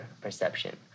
perception